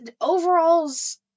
Overalls